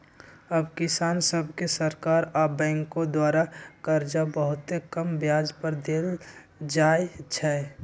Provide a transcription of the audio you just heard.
अब किसान सभके सरकार आऽ बैंकों द्वारा करजा बहुते कम ब्याज पर दे देल जाइ छइ